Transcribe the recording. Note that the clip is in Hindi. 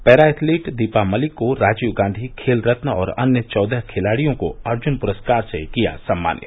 पैरा एथलीट दीपा मलिक को राजीव गांधी खेल रल और अन्य चौदह खिलाडियों को अर्जुन पुरस्कार से किया सम्मानित